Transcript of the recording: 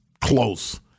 close